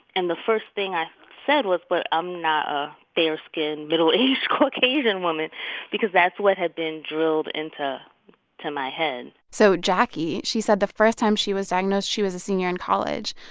and the first thing i said was, but i'm not a fair-skinned middle-aged caucasian woman because that's what had been drilled into my head so jackie she said the first time she was diagnosed, she was a senior in college.